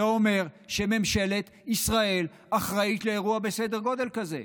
זה אומר שממשלת ישראל אחראית לאירוע בסדר גודל כזה,